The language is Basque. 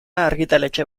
argitaletxe